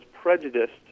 prejudiced